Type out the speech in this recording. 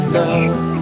love